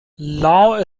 lao